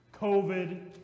covid